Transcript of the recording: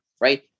right